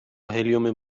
هلیوم